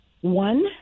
One